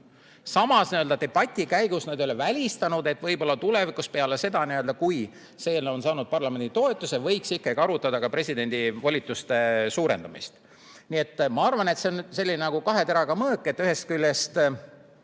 Samas, debati käigus nad ei ole välistanud, et võib-olla tulevikus, peale seda, kui see eelnõu on saanud parlamendi toetuse, võiks ikkagi arutada ka presidendi volituste suurendamist. Ma arvan, et see on selline kahe teraga mõõk – ühest küljest